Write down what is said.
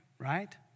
Right